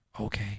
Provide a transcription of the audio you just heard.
Okay